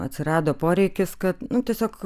atsirado poreikis kad tiesiog